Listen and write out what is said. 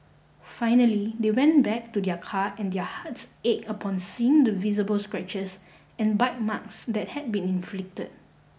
finally they went back to their car and their hearts ached upon seeing the visible scratches and bite marks that had been inflicted